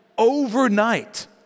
overnight